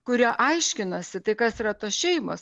kurie aiškinosi tai kas yra tos šeimos